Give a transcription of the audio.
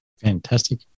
Fantastic